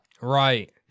Right